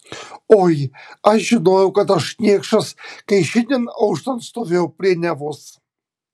oi aš žinojau kad aš niekšas kai šiandien auštant stovėjau prie nevos